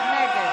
נגד